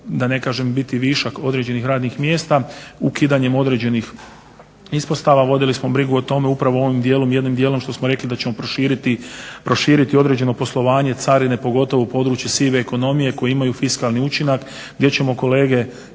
da ne kažem višak određenih radnih mjesta, ukidanjem određenih ispostava vodili smo brigu o tome upravo u ovom dijelu jednim dijelom što smo rekli da ćemo proširiti određeno poslovanje carine pogotovo u području sive ekonomije koje imaju fiskalni učinak gdje ćemo kolege